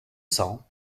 cents